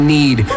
need